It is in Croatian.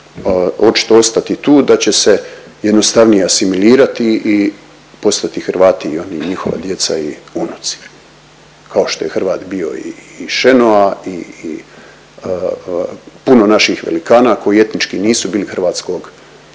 očito ostati tu da će se jednostavnije asimilirati i postati Hrvati i oni i njihova djeca i unuci kao što je Hrvat bio i Šenoa i, i, i puno naših velikana koji etnički nisu bili hrvatskog